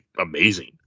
amazing